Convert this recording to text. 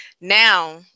Now